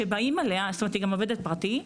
גם עובדת פרטי.